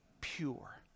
pure